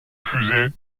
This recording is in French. refusé